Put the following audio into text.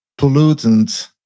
pollutants